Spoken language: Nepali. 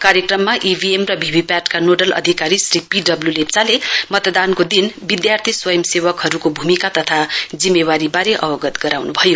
कार्यक्रममा ईभीएम र भीभीपीएटी का नोडल अधिकारी श्री पी डब्लयू लेप्चाले मतदान दिवसमा विधार्थी स्वयंसेवकहरुको भूमिका तथा जिम्मेवारीवारे अवगत गराउनुभयो